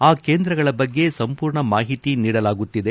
ಆ ಕೇಂದ್ರಗಳ ಬಗ್ಗೆ ಸಂಪೂರ್ಣವಾಗಿ ಮಾಹಿತಿ ನೀಡಲಾಗುತ್ತಿದೆ